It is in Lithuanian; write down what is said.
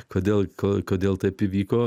kodėl kodėl taip įvyko